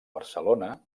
barcelona